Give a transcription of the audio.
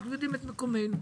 אנחנו יודעים את מקומנו,